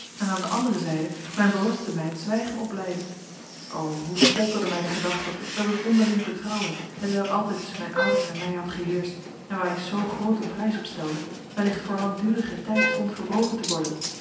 en aan de andere zijde mijn belofte mij het zwijgen opleide o hoe folterde mij de gedachte dat het onderling vertrouwen hetwelk altijd tusschen mijn ouders en mij had geheerscht en waar ik zoo grooten prijs op stelde wellicht voor langdurigen tijd stond verbroken te worden